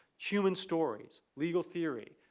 human stories, legal theory,